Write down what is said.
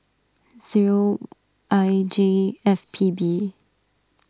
zero I J F P B